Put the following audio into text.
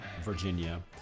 Virginia